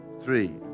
three